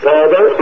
Father